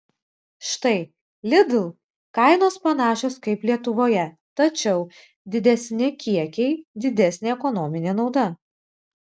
štai lidl kainos panašios kaip lietuvoje tačiau didesni kiekiai didesnė ekonominė nauda